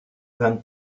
vingt